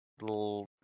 Little